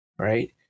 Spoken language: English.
Right